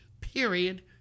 period